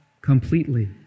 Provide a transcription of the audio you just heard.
completely